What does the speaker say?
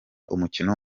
umukino